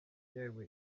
yewe